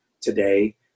today